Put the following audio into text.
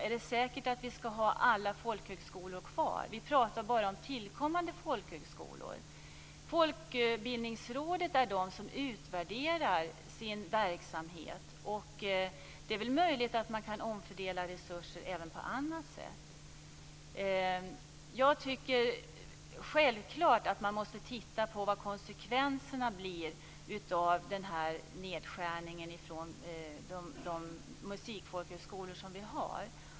Är det säkert att vi skall ha kvar alla folkhögskolor? Vi pratar bara om tillkommande folkhögskolor. Folkbildningsrådet är den som utvärderar verksamheten. Det är möjligt att man kan omfördela resurser även på annat sätt. Jag tycker självklart att man måste titta på vilka konsekvenserna blir av denna nedskärning på de musikfolkhögskolor som vi har.